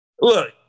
Look